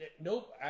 nope